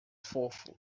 fofo